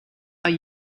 are